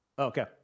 Okay